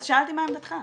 אז שאלתי מה עמדתך.